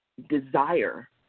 Desire